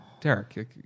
Derek